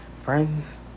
friends